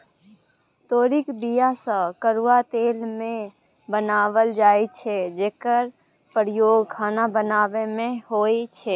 तोरीक बीया सँ करुआ तेल बनाएल जाइ छै जकर प्रयोग खाना बनाबै मे होइ छै